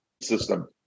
system